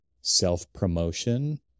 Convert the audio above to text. self-promotion